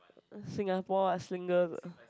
Singapore as singles